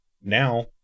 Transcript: Now